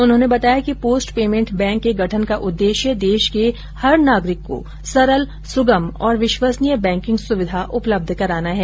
उन्होंने बताया कि पोस्ट पेमेंट बैंक के गठन का उद्देश्य देश के प्रत्येक नागरिक को सरल सुगम और विश्वसनीय बैंकिंग सुविधा उपलब्ध कराना है